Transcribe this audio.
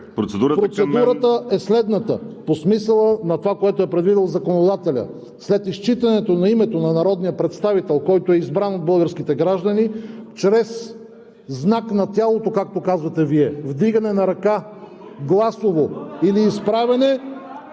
Процедурата е следната по смисъла на това, което е предвидил законодателят: след изчитането на името на народния представител, който е избран от българските граждани, чрез знак на тялото, както казвате Вие, вдигане на ръка, гласово или изправяне